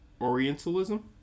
Orientalism